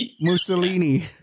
Mussolini